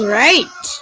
right